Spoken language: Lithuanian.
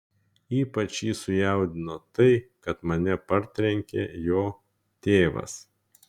ypač jį sujaudino tai kad mane partrenkė jo tėvas